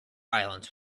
islands